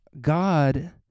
God